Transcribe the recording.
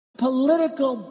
Political